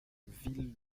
ville